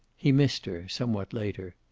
he missed her, somewhat later.